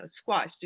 squash